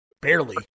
barely